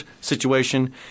situation